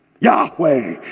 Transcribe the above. Yahweh